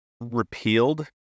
repealed